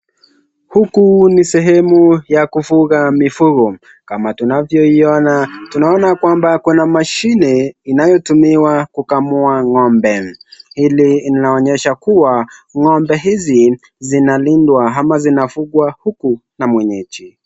Huku ni sehemu ya kufuga mifugo kama tunavyoiona. Tunaona kwamba kuna mashini inayotumiwa kukamua ng'ombe. Hili inaonyesha kuwa ng'ombe hizi zinalindwa ama zinafugwa huku na mwenyeji.